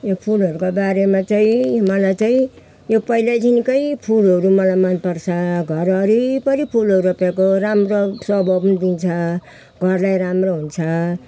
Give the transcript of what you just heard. यो फुलहरूको बारेमा चाहिँ मलाई चाहिँ यो पहिल्यैदेखिकै फुलहरू मलाई मन पर्छ घर वरिपरि फुलहरू रोपेको राम्रो स्वभाव पनि दिन्छ घरलाई राम्रो हुन्छ